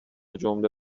جمله